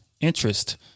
interest